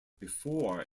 before